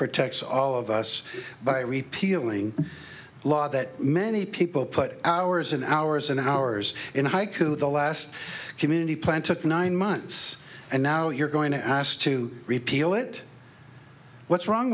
protects all of us by repealing law that many people put hours and hours and hours in haiku the last community plan took nine months and now you're going to asked to repeal it what's wrong